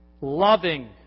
loving